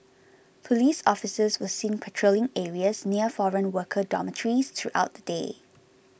police officers were seen patrolling areas near foreign worker dormitories throughout the day